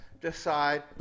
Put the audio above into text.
decide